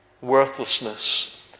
worthlessness